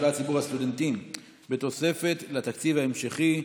אפליית ציבור הסטודנטים בתוספת לתקציב ההמשכי.